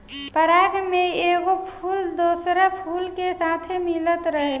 पराग में एगो फूल दोसरा फूल के साथे मिलत रहेला